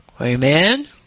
Amen